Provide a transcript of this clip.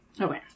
Okay